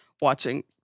watching